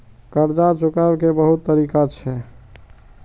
कर्जा चुकाव के बहुत तरीका छै?